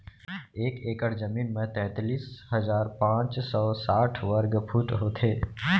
एक एकड़ जमीन मा तैतलीस हजार पाँच सौ साठ वर्ग फुट होथे